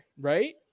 right